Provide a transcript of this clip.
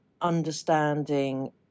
understanding